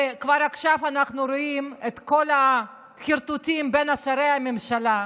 וכבר עכשיו אנחנו רואים את כל החרטוטים בין שרי הממשלה.